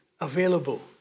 available